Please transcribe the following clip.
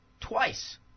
Twice